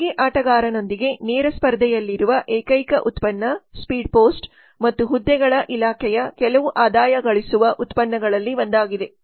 ಖಾಸಗಿ ಆಟಗಾರನೊಂದಿಗೆ ನೇರ ಸ್ಪರ್ಧೆಯಲ್ಲಿರುವ ಏಕೈಕ ಉತ್ಪನ್ನ ಸ್ಪೀಡ್ ಪೋಸ್ಟ್ ಮತ್ತು ಹುದ್ದೆಗಳ ಇಲಾಖೆಯ ಕೆಲವು ಆದಾಯ ಗಳಿಸುವ ಉತ್ಪನ್ನಗಳಲ್ಲಿ ಒಂದಾಗಿದೆ